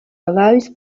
allows